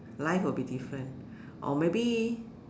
life will be different or maybe